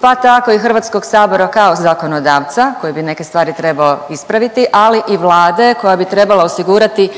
pa tako i HS-a kao zakonodavca koje bi neke stvari trebao ispraviti, ali i Vlade koja bi trebala osigurati